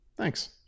Thanks